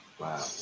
Wow